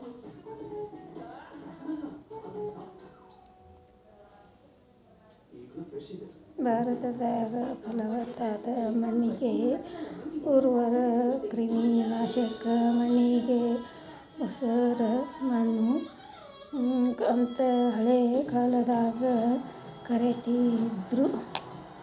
ಭಾರತದಾಗ, ಪಲವತ್ತಾದ ಮಣ್ಣಿಗೆ ಉರ್ವರ, ಕ್ರಿಮಿನಾಶಕ ಮಣ್ಣಿಗೆ ಉಸರಮಣ್ಣು ಅಂತ ಹಳೆ ಕಾಲದಾಗ ಕರೇತಿದ್ರು